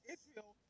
Israel